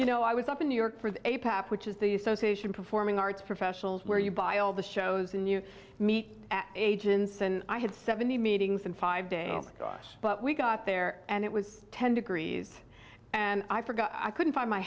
you know i was up in new york for a pap which is the association performing arts professionals where you buy all the shows and you meet at agencies and i had seventy meetings in five days gosh but we got there and it was ten degrees and i forgot i couldn't find my